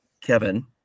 Kevin